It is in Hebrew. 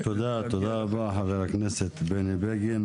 תודה רבה חבר הכנסת בני בגין,